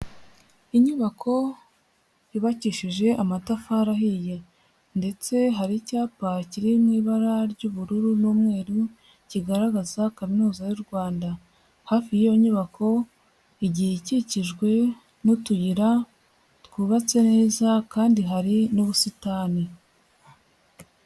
Inyubako yubakishije amatafari ahiye ndetse hari icyapa kiri mu ibara ry'ubururu n'umweru, kigaragaza kaminuza y'u Rwanda hafi y'iyo nyubako, igiye ikikijwe n'utuyira twubatse neza kandi hari n'ubusitani.